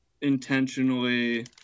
intentionally